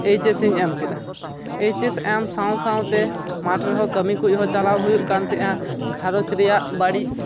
H S ᱤᱧ ᱮᱢ ᱠᱮᱫᱟ ᱮᱪ ᱮᱥ ᱮᱢ ᱥᱟᱶ ᱥᱟᱶᱛᱮ ᱢᱟᱴ ᱨᱮᱦᱚᱸ ᱠᱟᱹᱢᱤ ᱠᱚᱡ ᱦᱚᱸ ᱪᱟᱞᱟᱣ ᱦᱩᱭᱩᱜ ᱠᱟᱱ ᱛᱟᱦᱮᱱᱟ ᱜᱷᱟᱨᱚᱡᱽ ᱨᱮᱭᱟᱜ ᱵᱟᱲᱤᱡᱽ